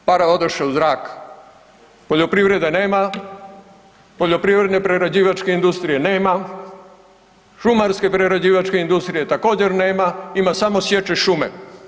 Pare odoše u zrak, poljoprivrede nema, poljoprivredne prerađivačke industrije nema, šumarske prerađivačke industrije također nema, ima samo sječe šume.